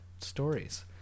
stories